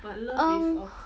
um